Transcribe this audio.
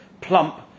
plump